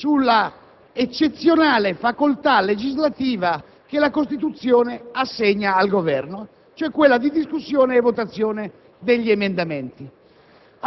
sulla eccezionale facoltà legislativa che la Costituzione assegna al Governo, vale a dire la discussione e la votazione degli emendamenti.